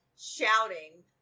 shouting